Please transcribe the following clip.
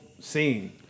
scene